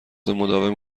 مداوم